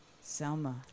Selma